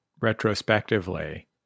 retrospectively